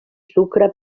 sucre